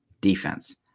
defense